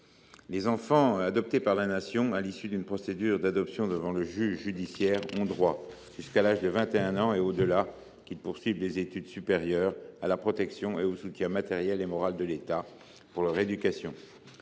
Les enfants adoptés par la Nation à l’issue d’une procédure devant le juge judiciaire ont droit, jusqu’à l’âge de 21 ans et au delà, dès lors qu’ils poursuivent des études supérieures, à la protection et au soutien matériel et moral de l’État pour leur éducation.